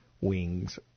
wings